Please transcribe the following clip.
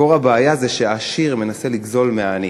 מקור הבעיה זה שהעשיר מנסה לגזול מהעני,